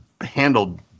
handled